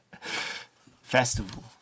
festival